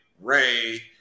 Ray